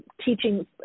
teaching